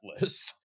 list